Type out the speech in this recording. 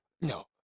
No